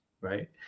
right